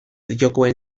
jokoen